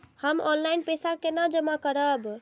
हम ऑनलाइन पैसा केना जमा करब?